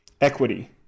equity